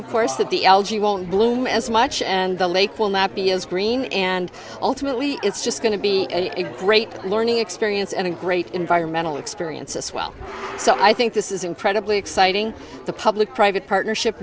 of course that the algae won't bloom as much and the lake will not be as green and ultimately it's just going to be a great learning experience and a great environmental experience as well so i think this is incredibly exciting the public private partnership